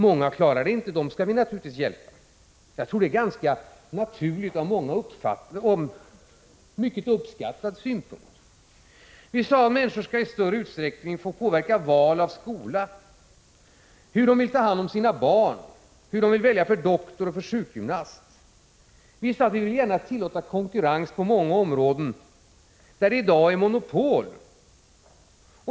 Många klarar det inte, och dem skall vi naturligtvis hjälpa. Jag tror att det är en ganska naturlig och mycket uppskattad synpunkt. Vi sade att människor i större utsträckning skall få påverka val av skolor, hur de vill ta hand om sina barn, vad de vill välja för doktor och sjukgymnast. Vi sade att vi vill gärna tillåta konkurrens på många områden, där det i dag är monopol.